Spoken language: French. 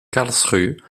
karlsruhe